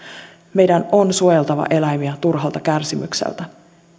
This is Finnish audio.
meidän on suojeltava eläimiä turhalta kärsimykseltä